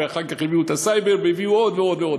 אחר כך הביאו את הסייבר והביאו עוד ועוד ועוד.